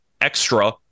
extra